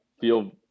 feel